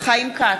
חיים כץ,